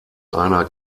einer